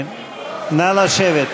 נא לשבת.